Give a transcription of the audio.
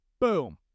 boom